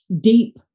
deep